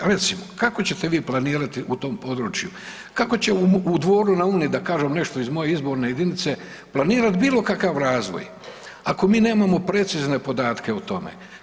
Recimo, kako ćete vi planirati u tom području, kako će u Dvoru na Uni da kažem nešto iz moje izborne jedinice, planirati bilo kakav razvoj ako mi nemamo precizne podatke o tome.